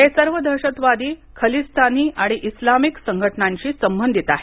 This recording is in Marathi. हे सर्व दहशतवादी खलिस्तानी आणि इस्लामिक संघटनांशी संबंधित आहेत